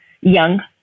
young